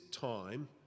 time